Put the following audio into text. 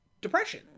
depression